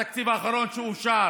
אמרו שלוש וחצי, התקציב האחרון שאושר.